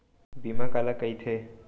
बीमा काला कइथे?